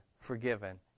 forgiven